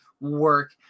work